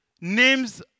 names